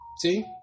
see